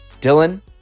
Dylan